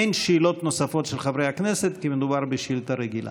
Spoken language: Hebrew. אין שאלות נוספות של חברי הכנסת כי מדובר בשאילתה רגילה.